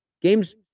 Games